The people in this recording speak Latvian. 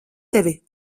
tevi